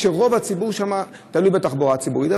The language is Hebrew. כי רוב הציבור שם תלוי בתחבורה הציבורית.